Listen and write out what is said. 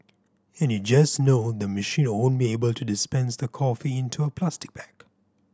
and you just know the machine won't be able to dispense the coffee into a plastic bag